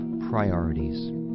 priorities